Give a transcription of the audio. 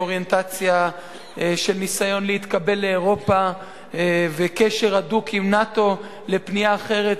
מאוריינטציה של ניסיון להתקבל לאירופה וקשר הדוק עם נאט"ו לפנייה אחרת,